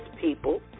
people